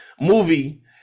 movie